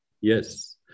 Yes